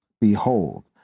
Behold